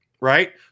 right